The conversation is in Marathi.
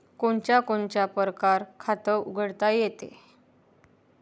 कोनच्या कोनच्या परकारं खात उघडता येते?